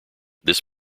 this